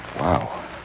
Wow